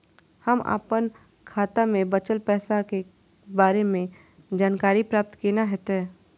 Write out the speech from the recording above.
हम अपन खाता में बचल पैसा के बारे में जानकारी प्राप्त केना हैत?